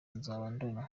nzabandora